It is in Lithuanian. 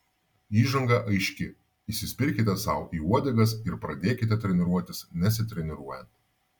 įžanga aiški įsispirkite sau į uodegas ir pradėkite treniruotis nesitreniruojant